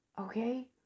okay